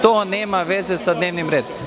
To nema veze sa dnevnim redom.